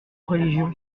religion